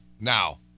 Now